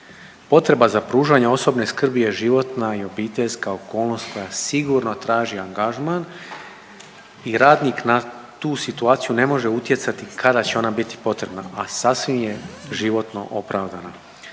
Potreba za pružanje osobne skrbi je životna i obiteljska okolnost koja sigurno traži angažman i radnik na tu situaciju ne može utjecati kada će ona biti potrebna, a sasvim je životno opravdana